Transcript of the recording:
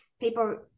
people